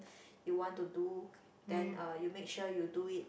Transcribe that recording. you want to do then uh you make sure you do it